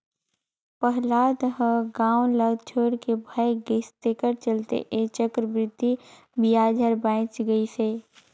पहलाद ह गाव ल छोएड के भाएग गइस तेखरे चलते ऐ चक्रबृद्धि बियाज हर बांएच गइस हे